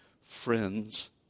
friends